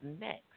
next